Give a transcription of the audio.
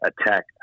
attack